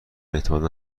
اعتماد